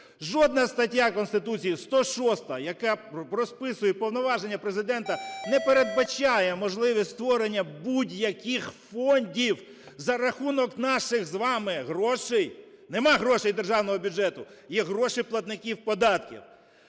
Жодна стаття Конституції, 106-а, яка розписує повноваження Президента, не передбачає можливість створення будь-яких фондів за рахунок наших з вами грошей. Немає грошей державного бюджету – є гроші платників податків!